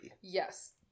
Yes